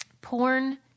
porn